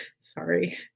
sorry